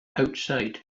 outside